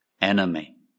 enemy